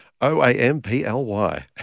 O-A-M-P-L-Y